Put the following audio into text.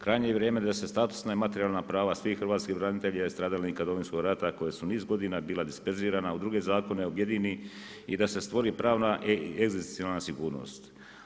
Krajnje je vrijeme da se statusna i materijalna prava svih hrvatskih branitelja i stradalnika Domovinskog rata koja su niz godina bila disperzirana u druge zakon objedini i da se stvori pravna egzistencijalna sigurnost.